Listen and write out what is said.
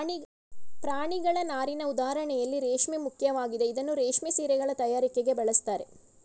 ಪ್ರಾಣಿಗಳ ನಾರಿನ ಉದಾಹರಣೆಯಲ್ಲಿ ರೇಷ್ಮೆ ಮುಖ್ಯವಾಗಿದೆ ಇದನ್ನೂ ರೇಷ್ಮೆ ಸೀರೆಗಳ ತಯಾರಿಕೆಗೆ ಬಳಸ್ತಾರೆ